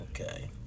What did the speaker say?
Okay